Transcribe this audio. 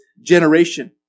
generation